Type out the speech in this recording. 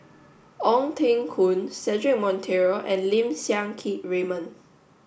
Ong Teng Koon Cedric Monteiro and Lim Siang Keat Raymond